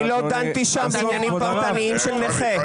לא דנתי שם בעניינים פרטניים של נכה.